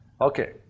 Okay